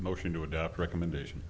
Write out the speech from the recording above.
motion to adopt a recommendation